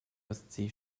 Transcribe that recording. ostsee